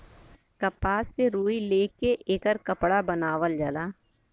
कपास से रुई ले के एकर कपड़ा बनावल जाला